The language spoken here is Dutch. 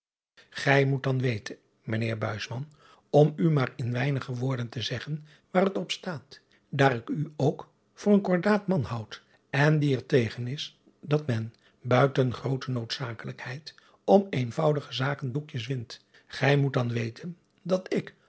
ij moet dan weten ijnheer om u maar in weinige woorden te zeggen waar het op staat daar ik u ook voor een kordaat man houd en die er tegen is dat men buiten groote noodzakelijkheid om eenvoudige zaken doekjes windt gij moet dan weten dat ik